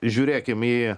žiūrėkim į